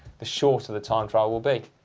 the shorter the time trial will be.